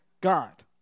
God